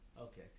Okay